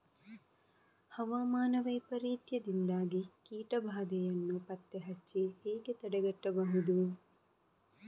ಹವಾಮಾನ ವೈಪರೀತ್ಯದಿಂದಾಗಿ ಕೀಟ ಬಾಧೆಯನ್ನು ಪತ್ತೆ ಹಚ್ಚಿ ಹೇಗೆ ತಡೆಗಟ್ಟಬಹುದು?